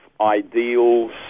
ideals